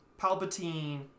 Palpatine